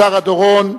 שרה דורון,